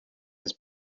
his